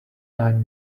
nine